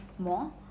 more